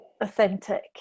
authentic